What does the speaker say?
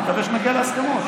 אני מקווה שנגיע להסכמות.